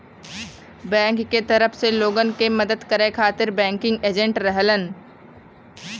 bank क तरफ से लोगन क मदद करे खातिर बैंकिंग एजेंट रहलन